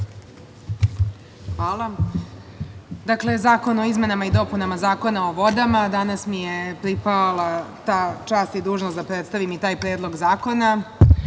Hvala. Dakle, Zakon o izmenama i dopunama Zakona o vodama, danas mi je pripala ta čast i dužnost da predstavim i taj predlog zakona. Ustavni